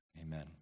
Amen